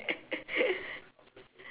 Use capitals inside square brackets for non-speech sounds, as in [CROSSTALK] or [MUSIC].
[LAUGHS]